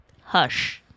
hush